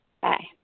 Bye